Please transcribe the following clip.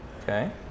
Okay